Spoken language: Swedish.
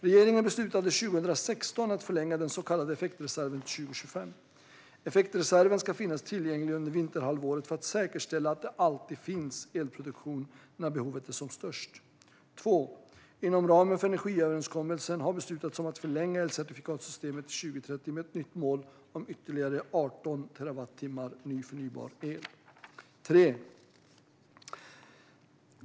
Regeringen beslutade 2016 att förlänga den så kallade effektreserven till 2025. Effektreserven ska finnas tillgänglig under vinterhalvåret för att säkerställa att det alltid finns elproduktion när behovet är som störst. Inom ramen för energiöverenskommelsen har det beslutats om att förlänga elcertifikatssystemet till 2030 med ett nytt mål om 18 terawatttimmar ny förnybar el.